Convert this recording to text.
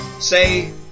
Say